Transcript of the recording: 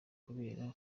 kubera